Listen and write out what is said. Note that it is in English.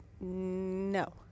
No